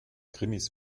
krimis